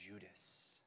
Judas